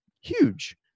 huge